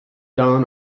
down